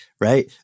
right